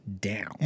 down